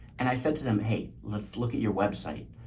and i said to them, hey, let's look at your website.